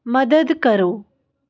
ਮਦਦ ਕਰੋ